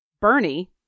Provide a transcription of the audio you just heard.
Bernie